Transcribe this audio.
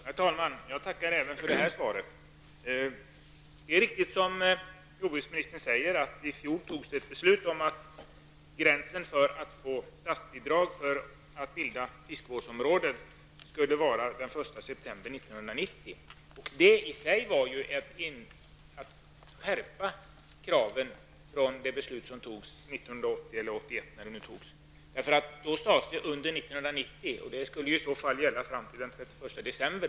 Herr talman! Jag tackar även för detta svar. Det är riktigt, som jordbruksministern säger, att det i fjol fattades beslut om att gränsen för att få statsbidrag för att bilda fiskevårdsområde skulle sättas vid den 1 september 1990. Det innebar i sig att kraven skärptes jämfört med det beslut som fattades 1980 eller 1981. Då sade man att det skulle ske under december.